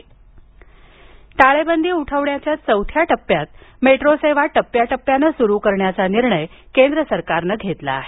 metro सूचना टाळेबंदी उठवण्याच्या चौथ्या टप्प्यात मेट्रो सेवा टप्प्याटपप्याने सुरू करण्याचा निर्णय केंद्र सरकारने घेतला आहे